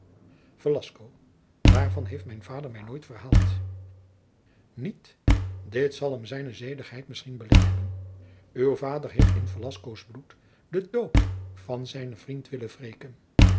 daarvan heeft mijn vader mij nooit verhaald niet dit zal hem zijne zedigheid misschien belet hebben uw vader heeft in velascoos bloed den dood van zijnen vriend willen wreken